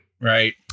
Right